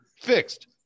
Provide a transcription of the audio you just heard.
Fixed